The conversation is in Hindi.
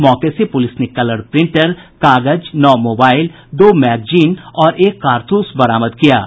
मौके से पुलिस ने कलर प्रिंटर कागज नौ मोबाईल दो मैगजीन और एक कारतूस बरामद किया है